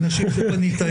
בהחלט היא מגיעה לאנשים.